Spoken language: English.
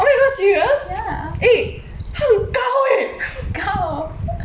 ya 他很高